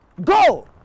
Go